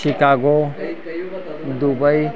Chicago Dubai